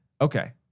Okay